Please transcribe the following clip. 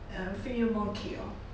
err feed you more cake lor